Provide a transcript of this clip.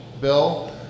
bill